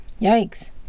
Yikes